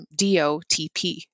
DOTP